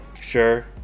Sure